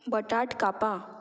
बटाट कापां